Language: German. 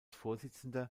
vorsitzender